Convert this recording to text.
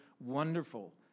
wonderful